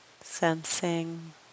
Sensing